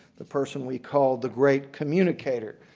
the person we call the great communicator.